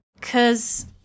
cause